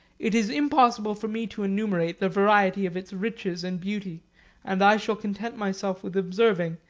it is impossible for me to enumerate the variety of its riches and beauty and i shall content myself with observing,